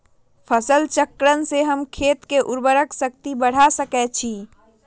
फसल चक्रण से हम खेत के उर्वरक शक्ति बढ़ा सकैछि?